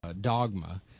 dogma